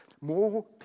more